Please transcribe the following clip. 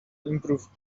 improved